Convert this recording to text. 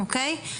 אוקיי?